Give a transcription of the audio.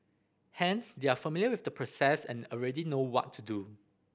hence they are familiar with the process and already know what to do